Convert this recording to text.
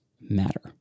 matter